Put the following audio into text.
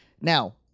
Now